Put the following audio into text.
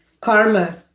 karma